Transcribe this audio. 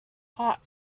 hot